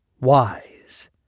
wise